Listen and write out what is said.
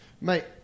Mate